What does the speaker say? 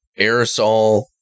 aerosol